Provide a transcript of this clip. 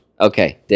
Okay